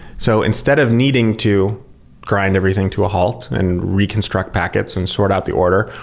so instead of needing to grind everything to a halt and reconstruct packets and sort out the order,